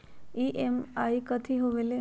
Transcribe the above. EMI कथी होवेले?